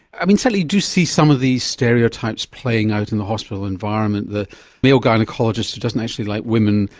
i mean, certainly you do see some of these stereotypes playing out in the hospital environment the the old gynaecologist who doesn't actually like women,